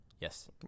Yes